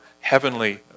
heavenly